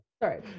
sorry